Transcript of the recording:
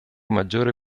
maggiore